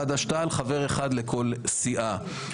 חד"ש-תע"ל חבר אחד לכל סיעה.